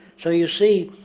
so you see,